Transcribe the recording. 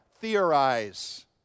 Theorize